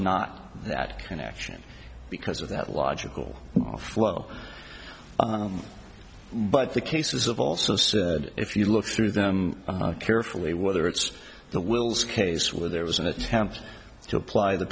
not that connection because of that logical flow but the cases of also see if you look through them carefully whether it's the wills case where there was an attempt to apply the